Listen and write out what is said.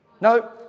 No